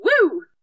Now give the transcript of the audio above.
Woo